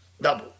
double